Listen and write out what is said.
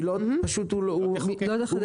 הוא פשוט תבטל.